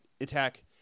attack